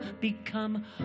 become